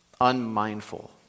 unmindful